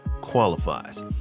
qualifies